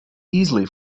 easily